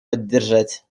поддержать